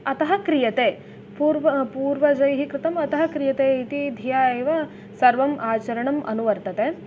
अतः क्रियते पूर्व पूर्वजैः कृतम् अतः क्रियते इति धिया एव सर्वम् आचरणम् अनुवर्तते